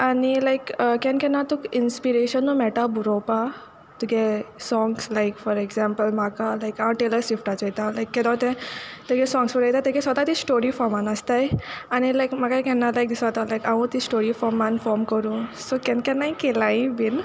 आनी लायक केन्ना केन्ना तुका इंस्पिरेशनू मेयटा बोरोवपा तुगे सोंग्स लायक फोर एग्जांपल म्हाका लायक हांव टेलर स्विफ्टा चोयता मागीर हांव तें तेगे साँग्स चोयता तेगे स्वता ती स्टोरी फॉमान आसताय आनी लायक म्हाका एक लायक दिसोता हांवूं ती स्टोरी फॉमान फॉम करूं सो केन्ना केन्नाय केलांय बीन